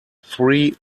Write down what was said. three